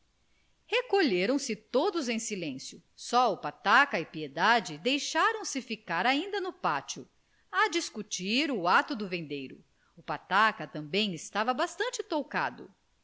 casa recolheram-se todos em silêncio só o pataca e piedade deixaram se ficar ainda no pátio a discutir o ato do vendeiro o pataca também estava bastante tocado